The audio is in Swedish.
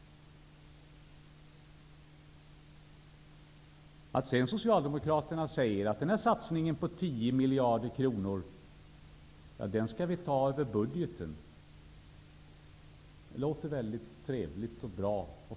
Att sedan Socialdemokraterna säger att denna satsning på 10 miljarder kronor skall göras över budgeten låter mycket trevligt och bra.